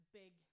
big